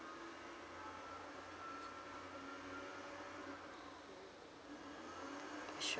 sure